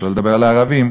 שלא לדבר על הערבים,